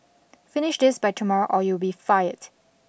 finish this by tomorrow or you will be fired